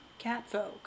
Catfolk